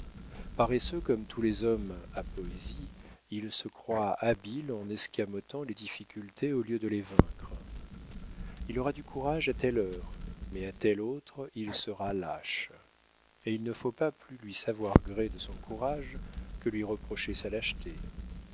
paresseux comme tous les hommes à poésie il se croit habile en escamotant les difficultés au lieu de les vaincre il aura du courage à telle heure mais à telle autre il sera lâche et il ne faut pas plus lui savoir gré de son courage que lui reprocher sa lâcheté